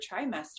trimester